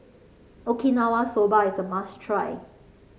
Okinawa Soba is a must try